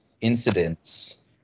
incidents